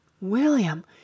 William